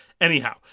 Anyhow